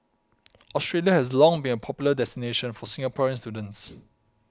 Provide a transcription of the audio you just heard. Australia has long been a popular destination for Singaporean students